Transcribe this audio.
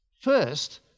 First